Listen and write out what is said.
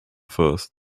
first